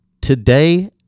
today